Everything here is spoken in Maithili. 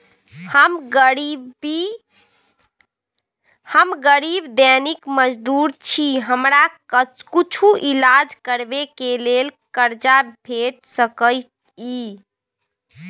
हम गरीब दैनिक मजदूर छी, हमरा कुछो ईलाज करबै के लेल कर्जा भेट सकै इ?